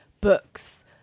books